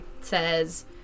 says